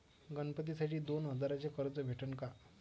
गणपतीसाठी दोन हजाराचे कर्ज भेटन का?